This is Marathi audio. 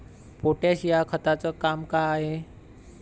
पोटॅश या खताचं काम का हाय?